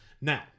Now